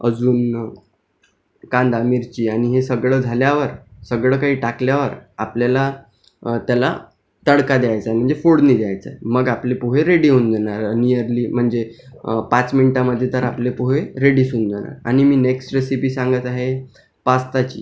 अजून कांदा मिरची आणि हे सगळं झाल्यावर सगळं काही टाकल्यावर आपल्याला त्याला तडका द्यायचा आहे म्हणजे फोडणी द्यायचं आहे मग आपले पोहे रेडी होऊन जाणार निअरली म्हणजे पाच मिनिटांमध्ये तर आपले पोहे रेडीच होऊन जाणार आणि मी नेक्स्ट रेसिपी सांगत आहे पास्ताची